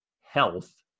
health